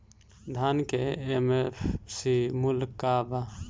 धान के एम.एफ.सी मूल्य का बा?